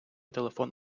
телефон